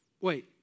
Wait